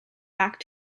back